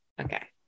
Okay